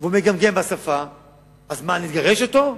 והוא מגמגם בשפה, אז מה, נגרש אותו?